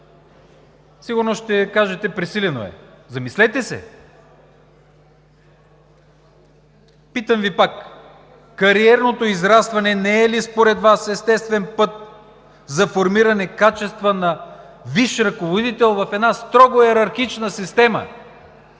Сигурно ще кажете, че е пресилено. Замислете се! Питам Ви пак: кариерното израстване не е ли според Вас естествен път за формиране качества на висш ръководител в една строго йерархична система